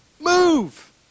move